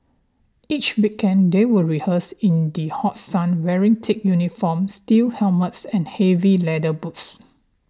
each weekend they would rehearse in the hot sun wearing thick uniforms steel helmets and heavy leather boots